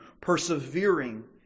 persevering